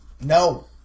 No